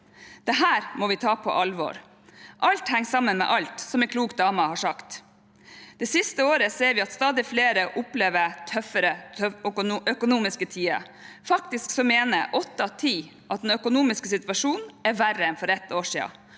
Dette må vi ta på alvor. Alt henger sammen med alt, som en klok dame har sagt. Det siste året ser vi at stadig flere opplever tøffere økonomiske tider. Faktisk mener åtte av ti at den økonomiske situasjonen er verre enn for ett år siden,